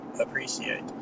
appreciate